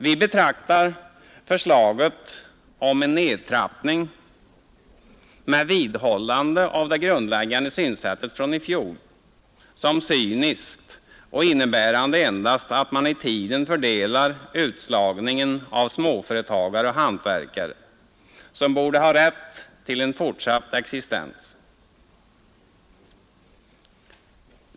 Vi betraktar förslaget om en nedtrappning, med vidhållande av det grundläggande synsättet från i fjol, som cyniskt och innebärande endast att man i tiden fördelar utslagningen av småföretagare och hantverkare, som borde ha rätt till en fortsatt existens.